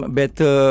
better